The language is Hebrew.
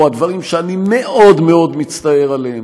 או הדברים שאני מאוד מאוד מצטער עליהם,